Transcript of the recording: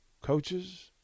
coaches